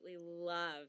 love